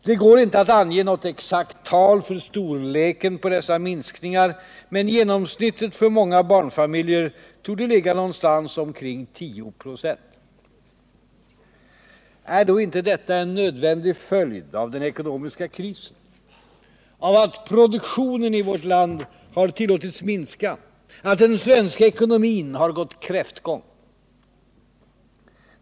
Det går inte att ange något exakt tal för storleken på dessa minskningar. Men genomsnittet för många barnfamiljer torde ligga någonstans omkring 10 96. Är då inte detta en nödvändig följd av den ekonomiska krisen, av att produktionen i vårt land har tillåtits minska, att den svenska ekonomin har gått kräftgång?